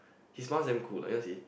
his smile is damn cool leh you wanna see